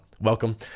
welcome